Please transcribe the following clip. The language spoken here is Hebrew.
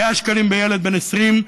100 שקלים בילד בן 20,